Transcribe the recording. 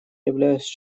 являюсь